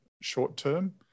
short-term